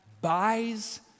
buys